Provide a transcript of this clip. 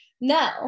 No